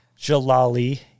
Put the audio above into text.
Jalali